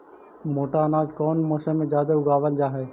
मोटा अनाज कौन मौसम में जादे उगावल जा हई?